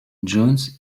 jones